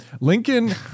Lincoln